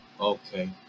Okay